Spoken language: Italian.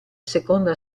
seconda